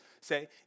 Say